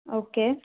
okay